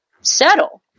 settle